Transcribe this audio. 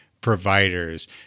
providers